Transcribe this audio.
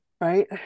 right